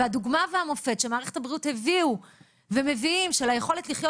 והדוגמה והמופת שמערכת הבריאות הביאו ומביאים של היכולת לחיות